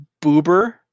Boober